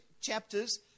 chapters